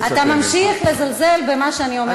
אתה ממשיך לזלזל במה שאני אומרת לך,